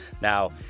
Now